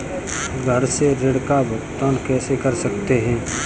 घर से ऋण का भुगतान कैसे कर सकते हैं?